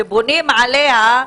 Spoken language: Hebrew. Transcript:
שבונים עליה,